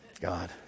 God